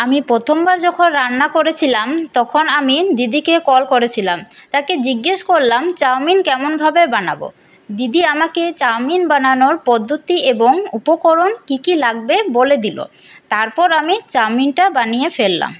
আমি প্রথমবার যখন রান্না করেছিলাম তখন আমি দিদিকে কল করেছিলাম তাকে জিজ্ঞেস করলাম চাউমিন কেমনভাবে বানাবো দিদি আমাকে চাউমিন বানানোর পদ্ধতি এবং উপকরণ কী কী লাগবে বলে দিল তারপর আমি চাউমিনটা বানিয়ে ফেললাম